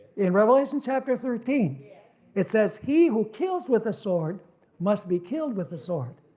in revelation chapter thirteen it says, he who kills with a sword must be killed with the sword.